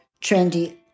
trendy